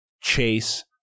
Chase